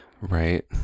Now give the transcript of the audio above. Right